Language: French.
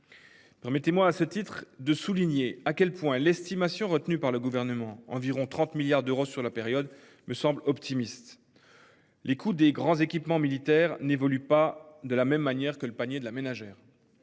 Permettez-moi, à ce titre de souligner à quel point l'estimation retenue par le gouvernement, environ 30 milliards d'euros sur la période me semble optimiste. Les coûts des grands équipements militaires n'évoluent pas de la même manière que le panier de la ménagère.